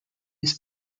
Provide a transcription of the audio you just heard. his